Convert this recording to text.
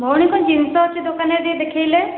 ଭଉଣୀ କ'ଣ ଜିନିଷ ଅଛି ଦୋକାନରେ ଟିକେ ଦେଖେଇଲେ